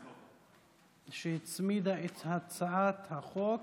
שהצמידה את הצעת החוק,